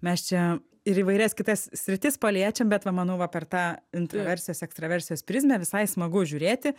mes čia ir įvairias kitas sritis paliečiam bet va manau va per tą introversijos ekstraversijos prizmę visai smagu žiūrėti